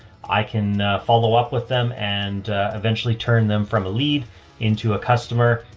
i can follow up with them and eventually turn them from a lead into a customer.